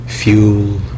fuel